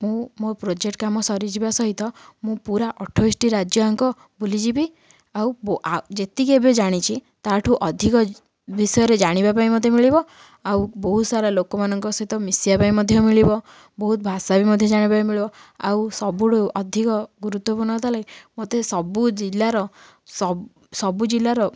ମୁଁ ମୋ ପ୍ରୋଜେକ୍ଟ କାମ ସରିଯିବା ସହିତ ମୁଁ ପୁରା ଅଠେଇଶଟି ରାଜ୍ୟଯାକ ବୁଲିଯିବି ଆଉ ଆଉ ଯେତିକି ଏବେ ଜାଣିଛି ତାଠୁ ଅଧିକ ବିଷୟରେ ଜାଣିବା ପାଇଁ ମୋତେ ମିଳିବ ଆଉ ବହୁତ ସାରା ଲୋକମାନଙ୍କ ସହିତ ମିଶିବା ପାଇଁ ମଧ୍ୟ ମିଳିବ ବହୁତ ଭାଷା ବି ମଧ୍ୟ ଜାଣିବା ପାଇଁ ମିଳିବ ଆଉ ସବୁଠୁ ଅଧିକ ଗୁରୁତ୍ୱପୂର୍ଣ୍ଣ କଥା ହେଲା କି ମୋତେ ସବୁ ଜିଲ୍ଲାର ସବୁ ଜିଲ୍ଲାର